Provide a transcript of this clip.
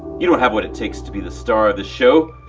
you don't have what it takes to be the star of this show.